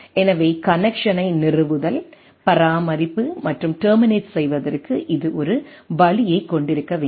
எனவே கனெக்சனை நிறுவுதல் பராமரிப்பு மற்றும் டெர்மினேட் செய்வதற்கு இது ஒரு வழியைக் கொண்டிருக்க வேண்டும்